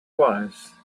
was